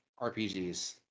RPGs